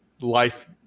life